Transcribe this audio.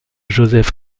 józef